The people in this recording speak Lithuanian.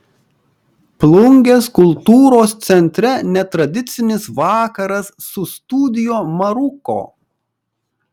plungės kultūros centre netradicinis vakaras su studio maruko